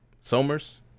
Somers